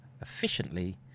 efficiently